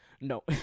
No